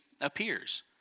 appears